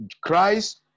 Christ